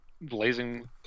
Blazing